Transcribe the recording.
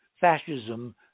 fascism